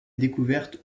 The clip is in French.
découverte